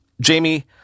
Jamie